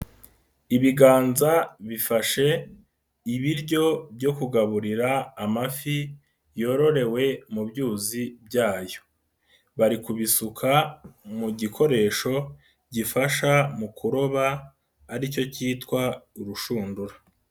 Ibiganza bifashe ibiryo byo kugaburira amafi yororewe mu byuzi byayo, bari kubisuka mu gikoresho gifasha mu kuroba ari cyo kitwa urushundura.